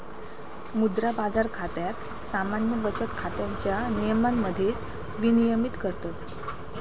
मुद्रा बाजार खात्याक सामान्य बचत खात्याच्या नियमांमध्येच विनियमित करतत